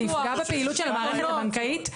זה יפגע בפעילות של המערכת הבנקאית?